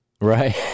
right